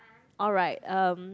alright um